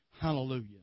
Hallelujah